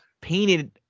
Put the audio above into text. painted